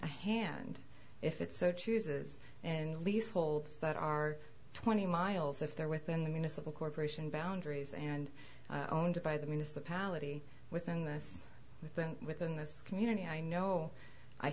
a hand if it so chooses and leaseholds that are twenty miles if they're within the municipal corporation boundaries and owned by the municipality within the us within within this community i know i